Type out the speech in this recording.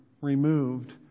removed